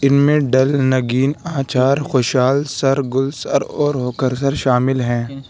ان میں ڈل نگین آنچار خوشحال سر گل سر اور ہوکر سر شامل ہیں